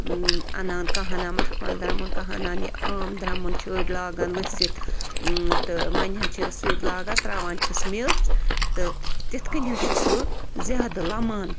اَنان کانٛہہ اَنان مخمل درٛمُن کانٛہہ اَنان یہِ عام درٛمُن چھِ أڑۍ لاگان ؤسِت تہٕ وۅنۍ حظ چھِ سُہ تہِ لاگن تَرٛاوان چھِس میٚژ تہٕ تِتھٕ کٔنۍ حظ چھُ سُہ زیادٕ لَمان